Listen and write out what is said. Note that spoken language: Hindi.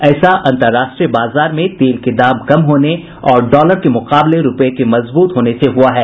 ऐसा अंतर्राष्ट्रीय बाजार में तेल के दाम कम होने और डॉलर के मुकाबले रुपए के मजबूत होने से हुआ है